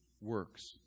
works